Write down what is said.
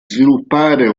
sviluppare